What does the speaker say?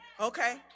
Okay